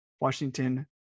Washington